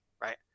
right